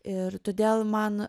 ir todėl man